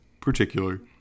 particular